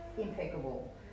impeccable